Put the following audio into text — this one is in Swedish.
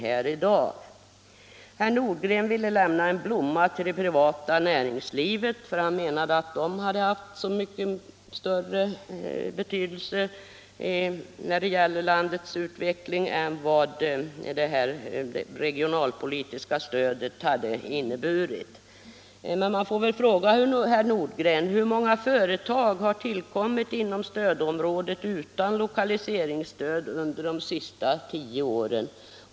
Herr Nordgren ville ge en blomma till det privata näringslivet, som han menade har haft större betydelse för landets utveckling än det regionalpolitiska stödet. Man måste fråga herr Nordgren: Hur många företag har tillkommit inom stödområdet utan lokaliseringsstöd under de senaste tio åren?